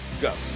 Go